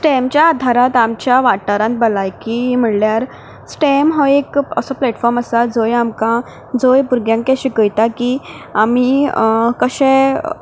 स्टेमच्या आदारांत आमच्या वाठारांत भलायकी म्हणल्यार स्टेम हो एक असो प्लेटफॉर्म आसा जंय आमकां जंय भुरग्यांक हें शिकयता की आमी कशें